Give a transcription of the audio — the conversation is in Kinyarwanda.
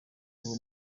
uwo